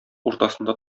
уртасында